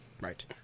Right